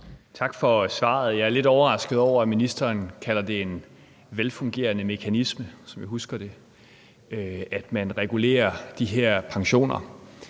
Tak for svaret. Jeg er lidt overrasket over, at ministeren kalder det en velfungerende mekanisme, sådan som jeg husker det, at man regulerer de her pensioner,